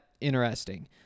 interesting